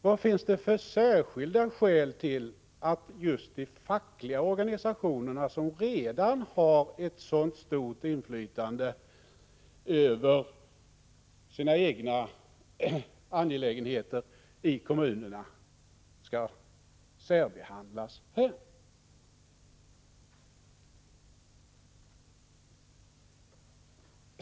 Vad finns det för särskilda skäl till att just de fackliga organisationerna, som redan har ett sådant stort inflytande över sina egna angelägenheter i kommunerna, skall särbehandlas i detta sammanhang?